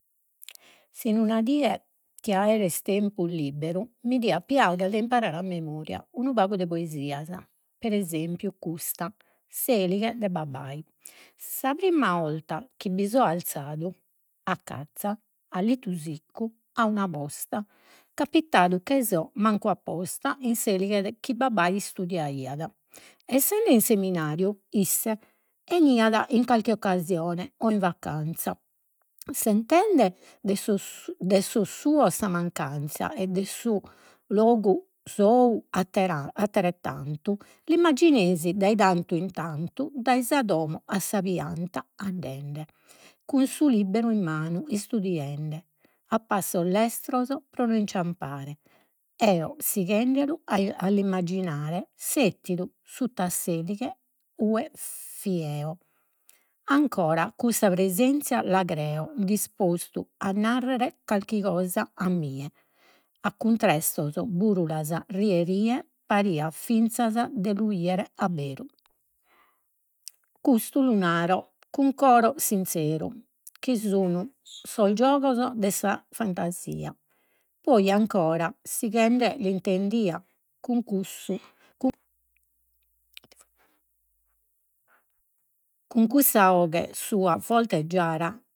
Si in una die dia aere tempus liberu mi diat piaghere de imparare a memoria unu pagu de poesias. Pre esempiu custa, s’elighe de babbai. Sa primma 'orta chi bi so arzadu a cazza a Litu Siccu a una posta capitadu che so mancu apposta in s'elighe chi babbai istudiaiat. Essende in seminariu isse 'eniat in calchi occasione, o in vacanzia, sentende de de sos suos sa mancanzia. E de su logu sou atterettantu. L'immaginesi dae tantu in tantu dae sa domo a sa pianta andende, cun su libberu in manu, istudiende a passos lestros, pro no inciampare. Eo sighendelu a l'immagginare, settidu sutta s'elighe ue fio eo, ancora cussa presenzia la creo, dispostu a narrere calchi cosa a mie. A cuntrestos, rie rie pariat finzas de lu 'iere abberu, custu lu naro cun coro sinzeru, chi sun sos giogos de sa fantasia. Poi ancora sighende l'intendia con cussu cun cussa 'oghe sua forte e giara